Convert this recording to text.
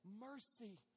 mercy